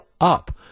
up